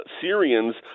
Syrians